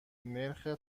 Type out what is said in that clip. نرخ